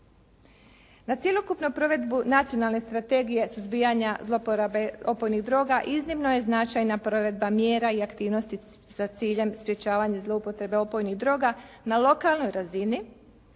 Na cjelokupnu provedbu Nacionalne strategije suzbijanja zlouporabe opojnih droga iznimno je značajna provedba mjera i aktivnosti sa ciljem sprečavanja zloupotrebe opojnih droga na lokalnoj razini